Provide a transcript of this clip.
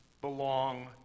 belong